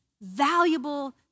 valuable